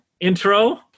intro